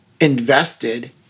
invested